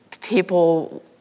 people